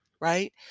right